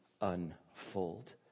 unfold